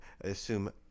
assume